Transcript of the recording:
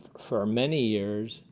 for many years,